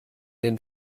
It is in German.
den